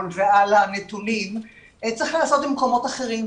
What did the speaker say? ועל הנתונים צריך להיעשות במקומות אחרים.